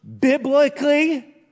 Biblically